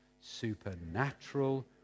Supernatural